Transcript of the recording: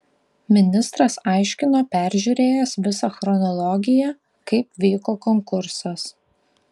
ministras aiškino peržiūrėjęs visą chronologiją kaip vyko konkursas